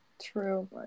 true